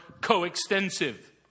coextensive